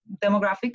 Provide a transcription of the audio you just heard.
demographic